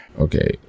Okay